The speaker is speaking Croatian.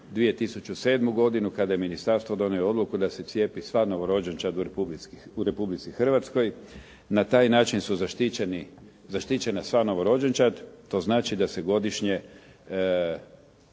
2007. godinu kada je ministarstvo donijelo odluku da se cijepi sva novorođenčad u Republici Hrvatskoj. Na taj način su zaštićena sva novorođenčad. To znači da se godišnje